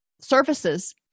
Services